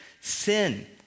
sin